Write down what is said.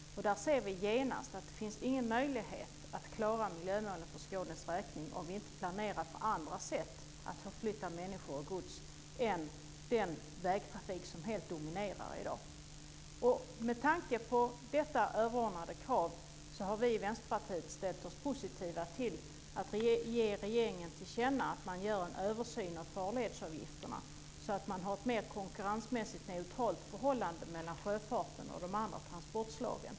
Där ser vi genast att det inte finns någon möjlighet att klara miljömålen för Skånes räkning om vi inte planerar för andra sätt att förflytta människor och gods än den vägtrafik som helt dominerar i dag. Med tanke på detta överordnade krav har vi i Vänsterpartiet ställt oss positiva till att ge regeringen till känna att man gör en översyn av farledsavgifterna, så att man har ett mer konkurrensmässigt neutralt förhållande mellan sjöfarten och de andra transportslagen.